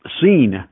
seen